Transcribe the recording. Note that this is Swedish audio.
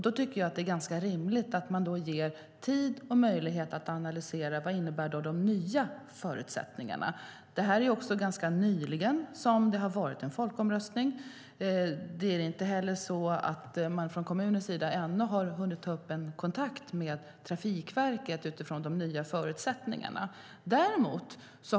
Då är det rimligt att det ges tid och möjlighet att analysera vad de nya förutsättningarna innebär. Folkomröstningen hölls ju ganska nyligen, och kommunen har ännu inte hunnit ta en kontakt med Trafikverket utifrån de nya förutsättningarna.